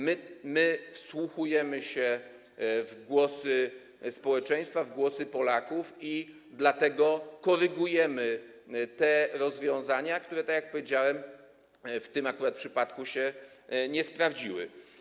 My wsłuchujemy się w głosy społeczeństwa, w głosy Polaków i dlatego korygujemy te rozwiązania, które, tak jak powiedziałem, w tym akurat przypadku się nie sprawdziły.